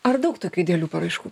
ar daug tokių idealių paraiškų